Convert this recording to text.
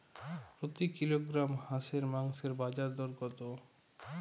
প্রতি কিলোগ্রাম হাঁসের মাংসের বাজার দর কত?